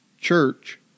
church